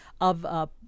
of-